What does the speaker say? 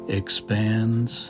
expands